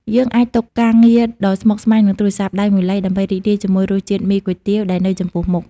យើងអាចទុកការងារដ៏ស្មុគស្មាញ និងទូរស័ព្ទដៃមួយឡែក ដើម្បីរីករាយជាមួយរសជាតិមីគុយទាវដែលនៅចំពោះមុខ។